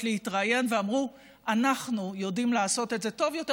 להתראיין ואמרו: אנחנו יודעים לעשות את זה טוב יותר,